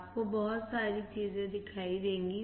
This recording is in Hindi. आपको बहुत सारी चीजें दिखाई देंगी